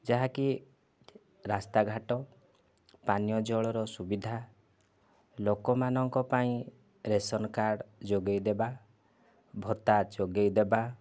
ଯାହାକି ରାସ୍ତାଘାଟ ପାନୀୟଜଳର ସୁବିଧା ଲୋକମାନଙ୍କ ପାଇଁ ରାସନ୍ କାର୍ଡ଼ ଯୋଗେଇ ଦେବା ଭତ୍ତା ଯୋଗେଇ ଦେବା